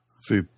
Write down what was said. see